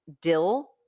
dill